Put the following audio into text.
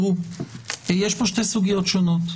יש פה שתי סוגיות שונות: